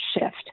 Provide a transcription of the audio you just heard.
shift